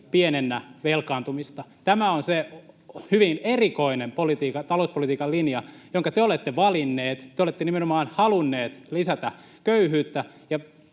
pienennä velkaantumista. Tämä on hyvin erikoinen talouspolitiikan linja, jonka te olette valinneet. Te olette nimenomaan halunneet lisätä köyhyyttä